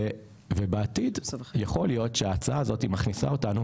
ובעתיד יכול להיות שההצעה הזאת מכניסה אותנו